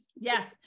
Yes